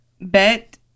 bet